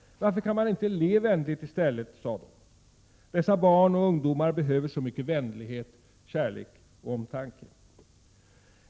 Varför kan man inte le vänligt i stället? frågade läraren. Dessa barn och ungdomar behöver så mycket vänlighet, kärlek och omtanke.